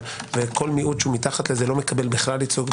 וכל מיעוט שמתחת לזה לא מקבל בכלל ייצוג.